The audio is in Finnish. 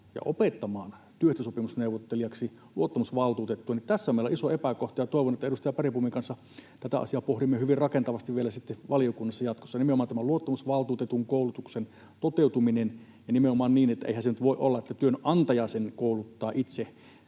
työehtosopimusneuvottelijaksi. Tässä meillä on iso epäkohta, ja toivon, että edustaja Bergbomin kanssa tätä asiaa pohdimme hyvin rakentavasti vielä sitten valiokunnassa jatkossa: nimenomaan tämän luottamusvaltuutetun koulutuksen toteutumista ja nimenomaan niin, että eihän se nyt voi olla niin, että työnantaja hänet kouluttaa itse.